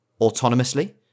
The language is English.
autonomously